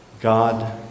God